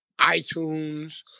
iTunes